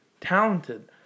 Talented